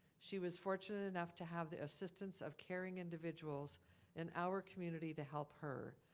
she was fortunate enough to have the assistance of caring individuals and our community to help her.